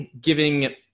giving